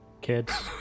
Kids